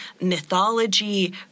mythology